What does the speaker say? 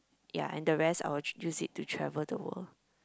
ya and the rest I will use it to travel the world